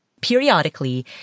periodically